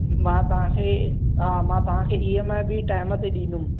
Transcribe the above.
मां तव्हांखे हा मां तव्हांखे ई एम आई बि टाइम ते ॾींदुमि